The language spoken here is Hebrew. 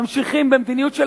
ממשיכים במדיניות של